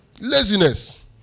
Laziness